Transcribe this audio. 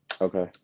Okay